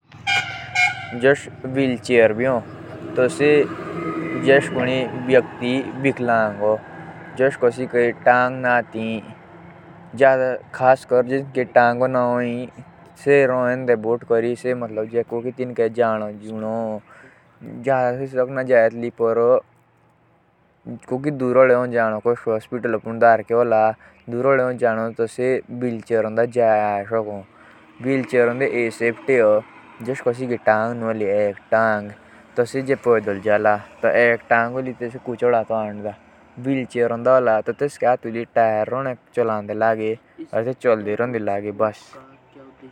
जोश व्हीलचेयर भी हो तो तेत्का काम व्हीकलांग लोगुक के आस्ते हो जिंके गोडियाद हो दिक्कत या जो कोनी जादा ही बिमार हँ। जिंके आफ़ी ना हदुई।